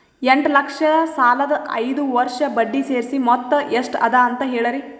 ಎಂಟ ಲಕ್ಷ ಸಾಲದ ಐದು ವರ್ಷದ ಬಡ್ಡಿ ಸೇರಿಸಿ ಮೊತ್ತ ಎಷ್ಟ ಅದ ಅಂತ ಹೇಳರಿ?